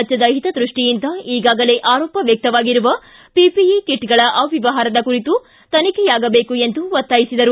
ರಾಜ್ಯದ ಹಿತದೃಷ್ಟಿಯಿಂದ ಈಗಾಗಲೇ ಆರೋಪ ವ್ಯಕ್ತವಾಗಿರುವ ಪಿಪಿಇ ಕಿಟ್ಗಳ ಅವ್ಯವಹಾರದ ಕುರಿತು ತನಿಖೆಯಾಗಬೇಕು ಎಂದು ಒತ್ತಾಯಿಸಿದರು